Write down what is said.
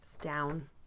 down